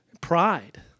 Pride